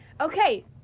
Okay